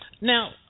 Now